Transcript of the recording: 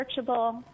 searchable